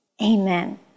amen